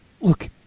Look